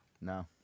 No